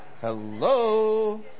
Hello